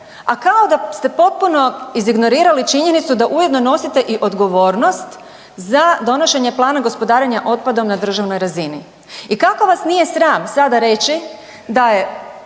a kao da ste potpuno izignorirali činjenicu da ujedno nosite i odgovornost za donošenje Plana gospodarenja otpadom na državnoj razini. I kako vas nije sram sada reći da je